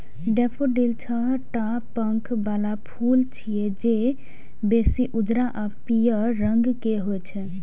daffodil छह टा पंख बला फूल छियै, जे बेसी उज्जर आ पीयर रंग के होइ छै